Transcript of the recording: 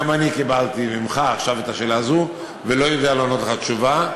גם אני קיבלתי ממך עכשיו את השאלה הזו ולא יודע לענות לך תשובה,